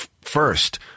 first